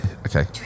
okay